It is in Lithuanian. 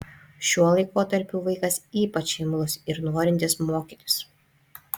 šiuo laikotarpiu vaikas ypač imlus ir norintis mokytis